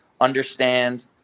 understand